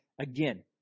again